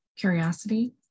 curiosity